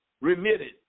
remitted